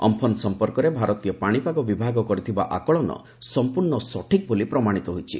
Amphan ସଂପର୍କରେ ଭାରତୀୟ ପାଣିପାଗ ବିଭାଗ କରିଥିବା ଆକଳନ ସଂପୂର୍ଣ୍ଣ ସଠିକ୍ ବୋଲି ପ୍ରମାଣିତ ହୋଇଛି